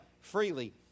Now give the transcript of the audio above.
freely